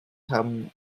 haben